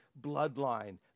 bloodline